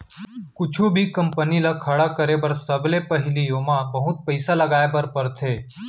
कुछु भी कंपनी ल खड़ा करे बर सबले पहिली ओमा बहुत पइसा लगाए बर परथे